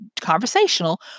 conversational